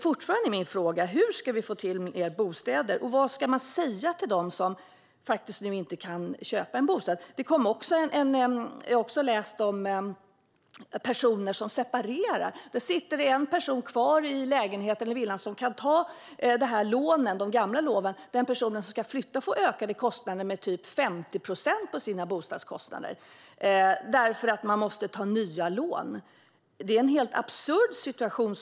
Fortfarande är min fråga: Hur ska vi få till mer bostäder, och vad ska man säga till dem som nu inte kan köpa en bostad? Jag har läst om personer som separerar. En person sitter kvar i lägenheten eller villan och kan ta de gamla lånen. Den person som ska flytta får ökade bostadskostnader med typ 50 procent, därför att man måste ta nya lån. Det är en helt absurd situation.